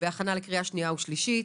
הכנה לקריאה שנייה ושלישית.